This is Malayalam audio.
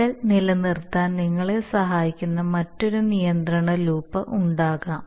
ലെവൽ നിലനിർത്താൻ നിങ്ങളെ സഹായിക്കുന്ന മറ്റൊരു നിയന്ത്രണ ലൂപ്പ് ഉണ്ടാകാം